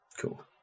Cool